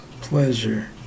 pleasure